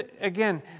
Again